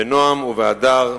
בנועם ובהדר.